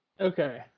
okay